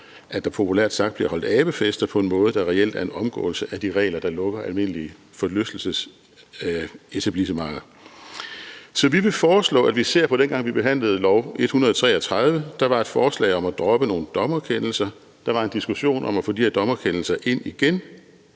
at der populært sagt bliver holdt abefest på en måde, der reelt er en omgåelse af de regler, der lukker almindelige forlystelsesetablissementer. Så vi vil foreslå, at vi ser på L 133, altså dengang vi behandlede det. Der var et forslag om at droppe nogle dommerkendelser; der var en diskussion om at få de her dommerkendelser ind igen.